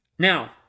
Now